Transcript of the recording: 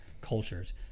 cultures